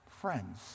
friends